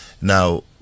Now